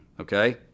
okay